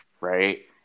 Right